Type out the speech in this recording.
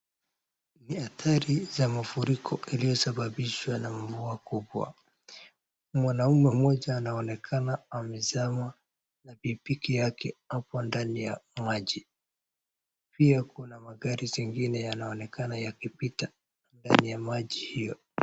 Ni hatari za mafuriko iliyosababishwa na mvua kubwa mwanaume mmoja anaonekana amezama na piki piki yake hapa ndani ya maji pia kuna magari zingine yanaonekana yakipita ndani ya maji hiyo.